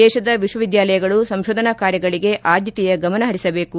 ದೇತದ ವಿಶ್ವವಿದ್ಯಾಲಯಗಳು ಸಂಶೋಧನಾ ಕಾರ್ಯಗಳಿಗೆ ಆದ್ದತೆಯ ಗಮನ ಹರಿಸಬೇಕು